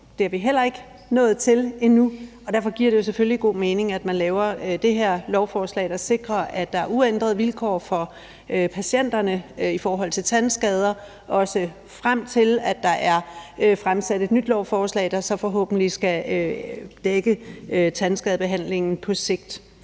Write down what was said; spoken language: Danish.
Det er vi heller ikke nået til endnu, og derfor giver det selvfølgelig god mening, at man laver det her lovforslag, der sikrer, at der er uændrede vilkår for patienterne i forhold til tandskader, også frem til at der er fremsat et nyt lovforslag, der så forhåbentlig kan sikre, at tandskadebehandlingen på sigt